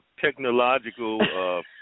technological